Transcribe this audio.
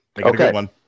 Okay